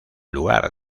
lugar